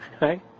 Right